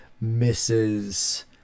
misses